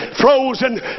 frozen